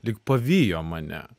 lyg pavijo mane